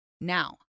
Now